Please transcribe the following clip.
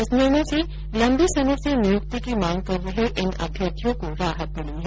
इस निर्णय से लम्बे समय से नियुक्ति की मांग कर रहे इन अभ्यर्थियों को राहत मिली है